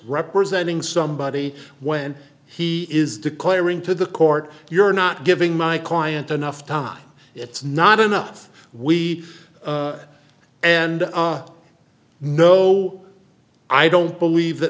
representing somebody when he is declaring to the court you're not giving my client enough time it's not enough we and no i don't believe that